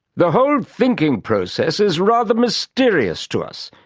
the whole thinking process is rather mysterious to us,